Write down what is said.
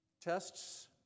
Tests